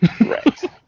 right